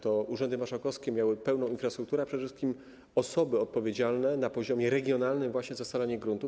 To urzędy marszałkowskie miały pełną infrastrukturę, a przede wszystkim osoby odpowiedzialne na poziomie regionalnym właśnie za scalanie gruntów.